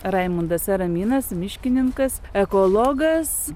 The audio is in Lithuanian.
raimundas eraminas miškininkas ekologas